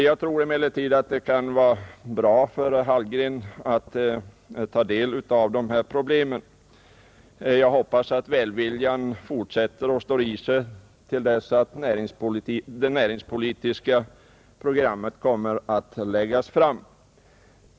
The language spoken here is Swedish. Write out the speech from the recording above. Jag tror emellertid att det kan vara bra för herr Hallgren att ta del av de här problemen, Jag hoppas att välviljan håller i sig till dess att det näringspolitiska programmet läggs fram.